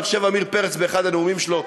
אני חושב שזה עמיר פרץ באחד הנאומים שלו,